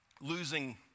losing